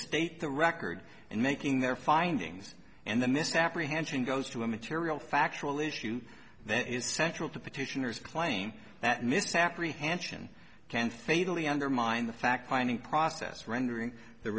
tate the record in making their findings and then this apprehension goes to a material factual issue that is central to petitioners claim that misapprehension can fatally undermine the fact finding process rendering the